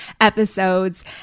episodes